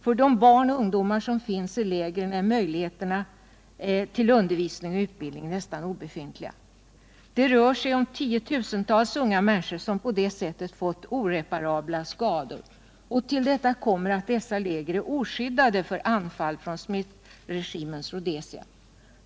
För de barn och ungdomar som finns i lägren är möjligheterna till undervisning eller utbildning nästan obefintliga. Det rör sig om tiotusentals unga människor som på det sättet får oreparabla skador. Och till detta kommer att dessa läger är oskyddade för anfall från Smithregimens Rhodesia.